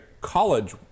college